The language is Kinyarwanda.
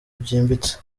byimbitse